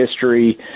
history